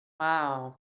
Wow